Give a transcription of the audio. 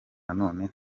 nanone